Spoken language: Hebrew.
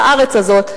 בארץ הזאת,